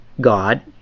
God